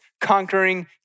conquering